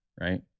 right